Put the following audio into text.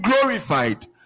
glorified